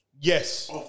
Yes